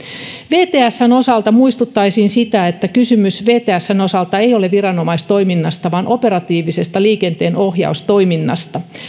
vtsn osalta muistuttaisin siitä että kysymys vtsn osalta ei ole viranomaistoiminnasta vaan operatiivisesta liikenteenohjaustoiminnasta